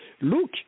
look